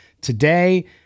today